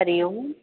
हरिओम